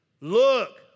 look